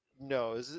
No